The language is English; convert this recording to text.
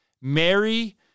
Mary